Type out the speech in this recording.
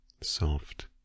soft